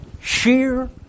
Sheer